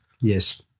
Yes